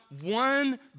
one